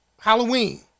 Halloween